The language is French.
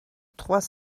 trois